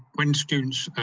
when students